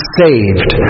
saved